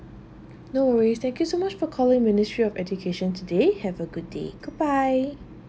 no worries thank you so much for calling ministry of education today have a good day goodbye